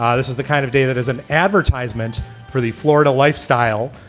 um this is the kind of day that is an advertisment for the florida lifestyle.